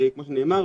כמו שנאמר,